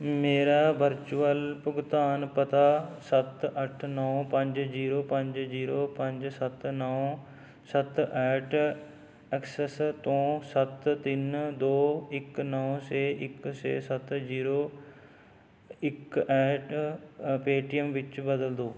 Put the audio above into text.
ਮੇਰਾ ਵਰਚੁਅਲ ਭੁਗਤਾਨ ਪਤਾ ਸੱਤ ਅੱਠ ਨੌ ਪੰਜ ਜੀਰੋ ਪੰਜ ਜੀਰੋ ਪੰਜ ਸੱਤ ਨੌ ਸੱਤ ਐਟ ਐਕਸੈਸ ਤੋਂ ਸੱਤ ਤਿੰਨ ਦੋ ਇੱਕ ਨੌ ਛੇ ਇੱਕ ਛੇ ਸੱਤ ਜੀਰੋ ਇੱਕ ਐਟ ਪੇਟੀਐੱਮ ਵਿੱਚ ਬਦਲ ਦਿਉ